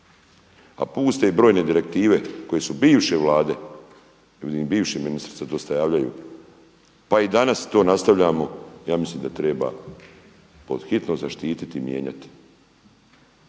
A puste i brojne direktive koje su bivše vlade i vidim bivši ministri se dosta javljaju pa i danas to nastavljamo, ja mislim da treba pod hitno zaštititi i mijenjati.